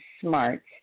smart